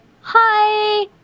hi